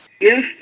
Yes